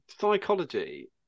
psychology